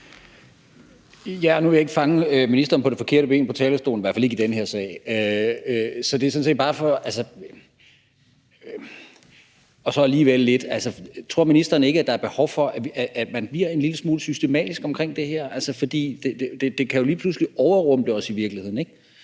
(V): Nu vil jeg ikke fange ministeren på det forkerte ben på talerstolen – i hvert fald ikke i den her sag – og så alligevel lidt, altså, for tror ministeren ikke, at der er behov for, at man bliver en lille smule systematisk omkring det her? Det kan jo lige pludselig overrumple os i virkeligheden, ikke?